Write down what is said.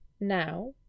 now